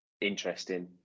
interesting